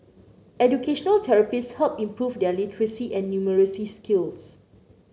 educational therapists helped improve their literacy and numeracy skills